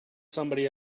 somebody